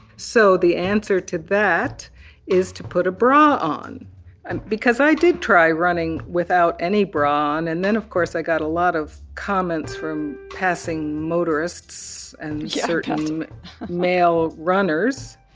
so the answer to that is to put a bra on and because i did try running without any bra on. and then of course i got a lot of comments from passing motorists and yeah certain male runners